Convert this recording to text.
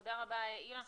תודה רבה, אילן.